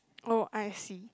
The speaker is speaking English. oh I see